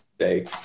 say